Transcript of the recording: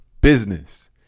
business